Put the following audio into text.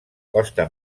costa